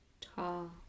tall